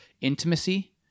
intimacy